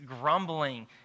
grumbling